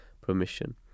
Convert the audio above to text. permission